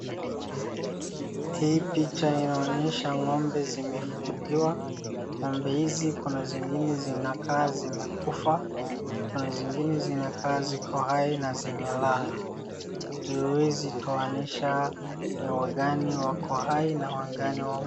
Hii picha inaonyesha ng'ombe zimefungiwa. Ng'ombe hizi kuna zingine zinakaa zimekufa, kuna zingine zinakaa ziko hai na zimelala. Hatuwezi toanisha ni wagani wako hai na wagani wamekufa.